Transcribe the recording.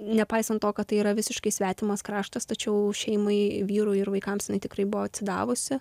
nepaisant to kad tai yra visiškai svetimas kraštas tačiau šeimai vyrui ir vaikams jinai tikrai buvo atsidavusi